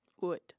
Wood